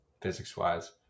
physics-wise